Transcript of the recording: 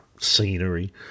Scenery